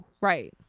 Right